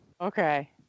Okay